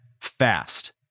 fast